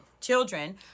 children